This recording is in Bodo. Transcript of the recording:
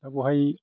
दा बेवहाय